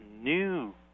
new